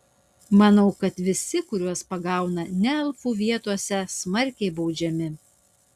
manau kad visi kuriuos pagauna ne elfų vietose smarkiai baudžiami